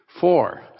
four